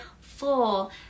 full